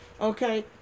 Okay